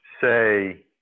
say